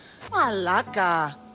Malaka